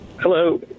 Hello